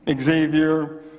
Xavier